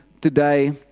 today